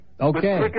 Okay